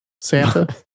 Santa